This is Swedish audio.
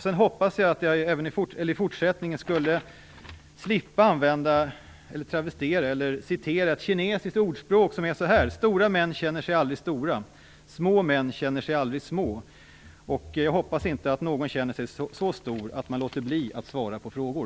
Sedan hoppas jag att jag i fortsättningen slipper citera ett kinesiskt ordspråk som låter så här: Stora män känner sig aldrig stora. Små män känner sig aldrig små. Jag hoppas att ingen känner sig så stor att han låter bli att svara på frågor.